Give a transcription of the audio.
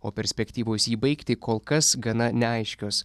o perspektyvos jį baigti kol kas gana neaiškios